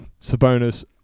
Sabonis